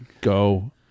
go